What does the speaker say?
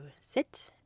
sit